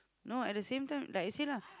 no at the same time like I said lah